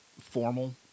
formal